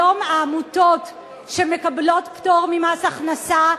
היום העמותות שמקבלות פטור ממס הכנסה,